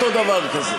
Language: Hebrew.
אני שמעתי מה אמרת לפני.